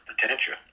potential